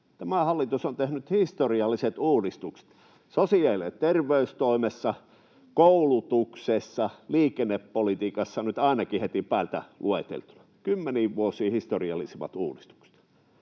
Tämä hallitus on tehnyt historialliset uudistukset sosiaali- ja terveystoimessa, koulutuksessa ja liikennepolitiikassa nyt ainakin — heti päältä lueteltuna — kymmeniin vuosiin historiallisimmat uudistukset.